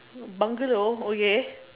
bungalow okay